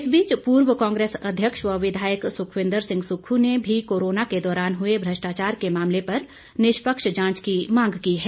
इस बीच पूर्व कांग्रेस अध्यक्ष व विधायक सुखविंदर सिंह सुक्खू ने भी कोरोना के दौरान हुए भ्रष्टाचार के मामले पर निष्पक्ष जांच की मांग की है